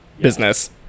business